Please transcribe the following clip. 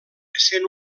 essent